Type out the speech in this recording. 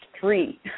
three